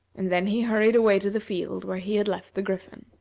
and then he hurried away to the field where he had left the griffin.